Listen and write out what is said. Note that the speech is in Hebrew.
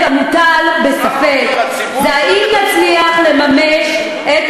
והדבר היחיד שכרגע מוטל בספק זה האם נצליח לממש את